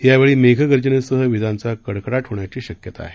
यावेळी मेघर्जनेसह विजांचा कडकडाट होण्याची शक्यता आहे